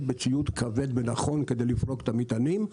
בציוד כבד ונכון כדי לפרוק את המטענים.